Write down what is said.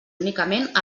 únicament